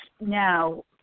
now